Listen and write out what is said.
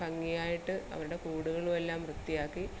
ഭംഗിയായിട്ട് അവരുടെ കൂടുകളുമെല്ലാം വൃത്തിയാക്കി